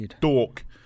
dork